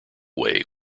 way